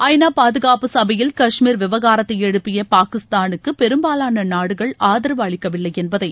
ஐநா பாதுகாப்பு சபையில் கஷ்மீர் விவகாரத்தை எழுப்பிய பாகிஸ்தானுக்கு பெரும்பாவான நாடுகள் ஆதரவு அளிக்கவில்லை என்பதை